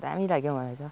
दामी लाग्यो मलाई त